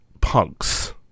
punks